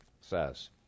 says